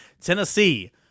Tennessee